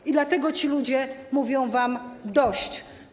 I dlatego ci ludzie mówią wam: dość.